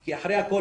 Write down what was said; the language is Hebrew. כי אחרי הכול,